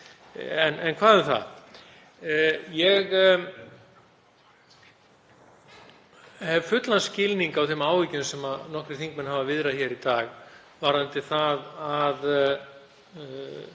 velferðarmála. Ég hef fullan skilning á þeim áhyggjum sem nokkrir þingmenn hafa viðrað hér í dag varðandi það að